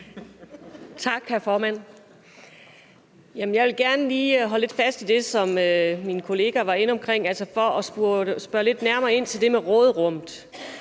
Tak, hr. formand. Jeg vil gerne lige holde lidt fast i det, som min kollega var inde omkring, altså spørge lidt nærmere ind til det med råderummet.